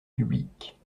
publique